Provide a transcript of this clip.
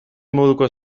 moduko